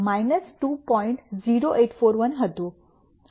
0841 હતું